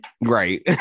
Right